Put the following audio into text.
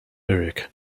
eric